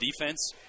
defense